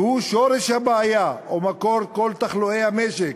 שהוא שורש הבעיה ומקור כל תחלואי המשק,